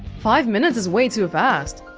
five minutes is way too fast